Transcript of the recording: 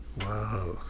Wow